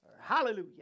Hallelujah